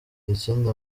ikindi